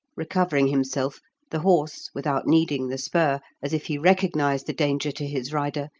recovering himself, the horse, without needing the spur, as if he recognised the danger to his rider,